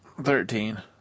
Thirteen